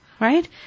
right